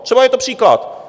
Třeba je to příklad.